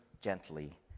gently